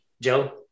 Joe